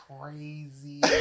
crazy